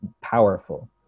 powerful